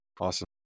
Awesome